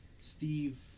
Steve